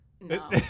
No